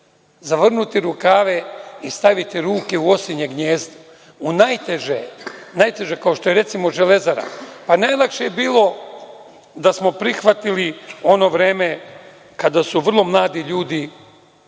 zavrnuti rukave i staviti ruke u osinje gnezdo, u najteže, kao što je recimo „Železara“. Najlakše bi bilo da smo prihvatili ono vreme kada su vrlo mladi ljudi,